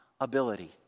ability